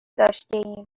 داشتیم